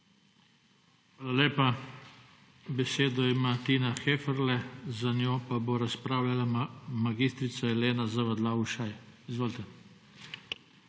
Hvala lepa. Besedo ima Tina Heferle, za njo pa bo razpravljala mag. Elena Zavadlav Ušaj. Izvolite.